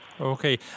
Okay